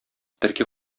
төрки